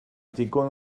digon